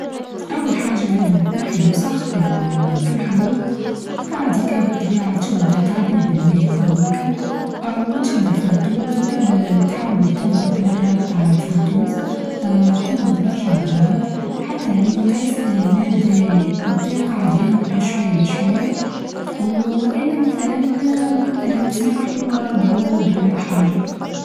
أول حاچة لازم تنحي الوسخ اللى في الحوض، وبعديكا بالطبيعة تشد تعبيه بالمية كليكا اه وتشد الفنتوز وتبدأ تحاول تضغط مرات على الفنتور. اه تضغط برشا مرات حتى لين تحس أن ما بدا يقع يهبط شوية بشوية والا مثلا مثلا تسرحه و بعود ولا بحاچة.